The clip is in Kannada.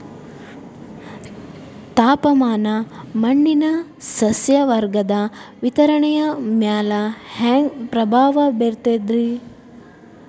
ತಾಪಮಾನ ಮಣ್ಣಿನ ಸಸ್ಯವರ್ಗದ ವಿತರಣೆಯ ಮ್ಯಾಲ ಹ್ಯಾಂಗ ಪ್ರಭಾವ ಬೇರ್ತದ್ರಿ?